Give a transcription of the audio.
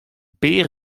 pear